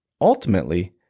Ultimately